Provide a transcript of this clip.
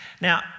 Now